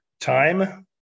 Time